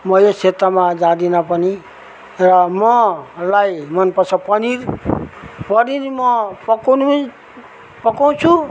म यस क्षेत्रमा जाँदिन पनि र मलाई मन पर्छ पनिर पनिर म पकाउनु पकाउँछु